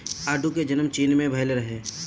आडू के जनम चीन में भइल रहे